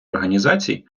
організацій